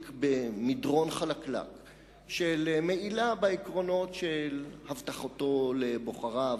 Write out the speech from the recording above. במדרון חלקלק של מעילה בעקרונות של הבטחתו לבוחריו,